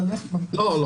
לא.